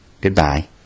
Goodbye